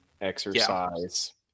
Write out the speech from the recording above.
exercise